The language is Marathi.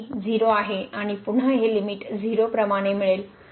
तर आणि ही 0 आहे आणि पुन्हा हे लिमिट 0 प्रमाणे मिळेल